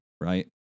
right